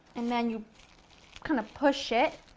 and then you kind of push it